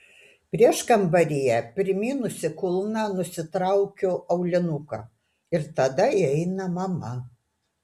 prieškambaryje primynusi kulną nusitraukiu aulinuką ir tada įeina mama